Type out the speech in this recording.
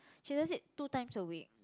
she does it two times a week